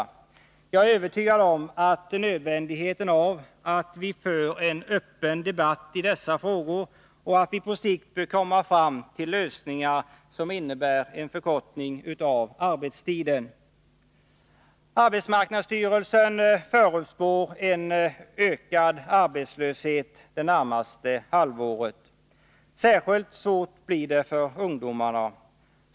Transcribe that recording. Jag är övertygad om att det är nödvändigt att vi för en öppen debatt i dessa frågor. På sikt bör vi kunna komma fram till lösningar som innebär en förkortning av arbetstiden. Arbetsmarknadsstyrelsen förutspår en ökad arbetslöshet under det närmaste halvåret. Särskilt svårt blir det för ungdomarna.